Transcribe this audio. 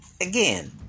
again